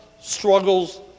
struggles